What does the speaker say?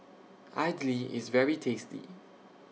Idly IS very tasty